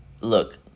look